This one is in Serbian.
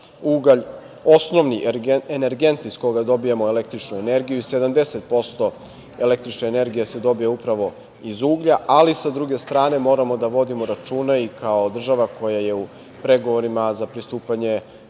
ugalj osnovni energent iz koga dobijamo električnu energiju, 70% električne energije se dobija upravo iz uglja, ali, sa druge strane, moramo da vodimo računa i kao država koja je u pregovorima za pristupanje